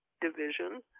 division